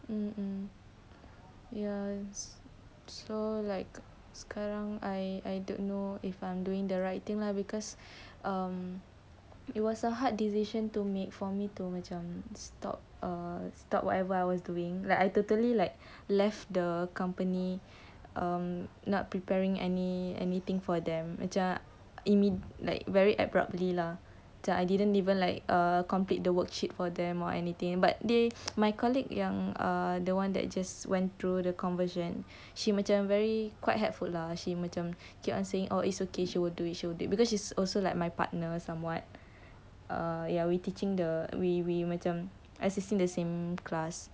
mm mm ya so like sekarang I I don't know if I'm doing the right thing lah because um it was a hard decision for me to make to like uh stop whatever I was doing like I totally like left the company um not preparing any anything for them macam macam imme~ very abruptly lah the I didn't even like a complete the worksheet for them or anything but they my colleague yang ah the one that just went through the conversion she macam very quite helpful lah she macam keep on saying oh it's okay it's okay she will do it because also like my partner somewhat err ya we teaching the we we you macam assisting the same class